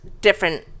different